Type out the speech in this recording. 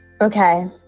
Okay